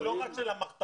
היא לא רק של המחתרות.